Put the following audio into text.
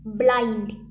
blind